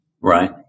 Right